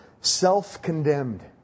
self-condemned